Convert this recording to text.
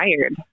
tired